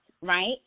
right